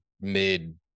mid